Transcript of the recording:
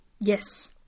Yes